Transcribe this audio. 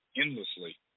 endlessly